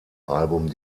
album